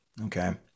Okay